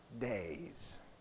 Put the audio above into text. days